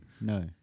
No